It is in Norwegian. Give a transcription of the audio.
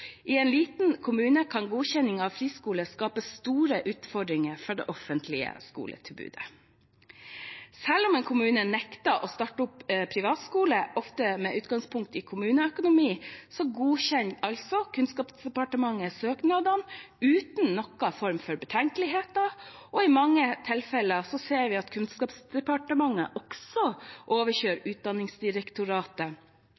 I en liten kommune kan godkjenning av en friskole skape store utfordringer for det offentlige skoletilbudet. Selv om en kommune nekter oppstart av en privatskole, ofte med utgangspunkt i kommuneøkonomien, godkjenner altså Kunnskapsdepartementet søknadene uten noen form for betenkeligheter. I mange tilfeller ser vi at Kunnskapsdepartementet også overkjører